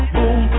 Boom